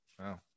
Wow